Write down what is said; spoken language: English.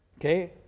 okay